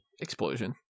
Explosion